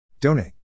Donate